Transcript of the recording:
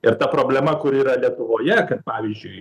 ir ta problema kur yra lietuvoje kad pavyzdžiui